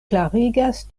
klarigas